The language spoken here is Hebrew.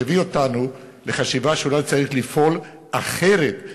מביא לחשיבה שאולי צריך לפעול אחרת,